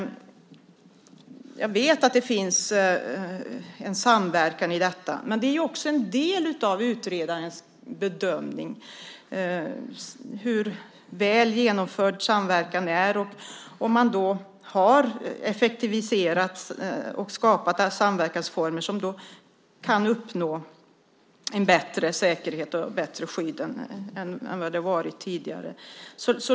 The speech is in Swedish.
Jag vet att det finns en samverkan i detta, men det är ju också en del av utredarens bedömning, det vill säga hur väl genomförd samverkan är och om man har effektiviserat och skapat samverkansformer som kan uppnå en bättre säkerhet och bättre skydd än det varit tidigare.